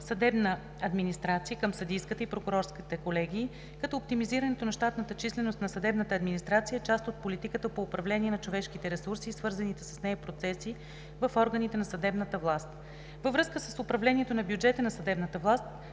„Съдебна администрация“ към Съдийската и Прокурорската колегии, като оптимизирането на щатната численост на съдебната администрация е част от политиката по управление на човешките ресурси и свързаните с нея процеси в органите на съдебната власт. Във връзка с управлението на бюджета на съдебната власт